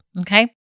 okay